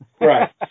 Right